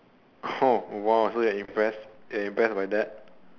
oh !wow! so you're impressed you're impressed by that